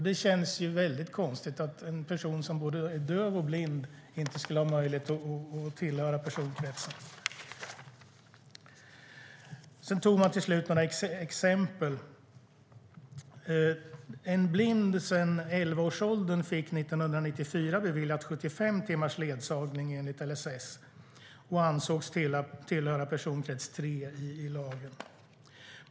Det känns konstigt att en person som är både döv och blind inte skulle ha möjlighet att tillhöra personkretsarna. Man gav några exempel på mötet. År 1994 fick en person som varit blind sedan elvaårsåldern 75 timmars ledsagning beviljat enligt LSS och ansågs tillhöra personkrets 3 i lagen.